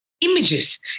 images